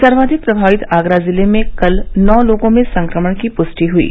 सर्वाधिक प्रभावित आगरा जिले में कल नौ लोगों में संक्रमण की पुष्टि हुयी